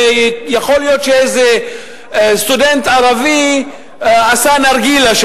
ויכול להיות שאיזה סטודנט ערבי עשה שם נרגילה,